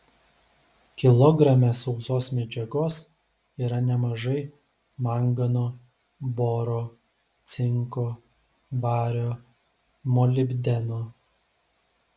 kilograme sausos medžiagos yra nemažai mangano boro cinko vario molibdeno